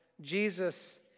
Jesus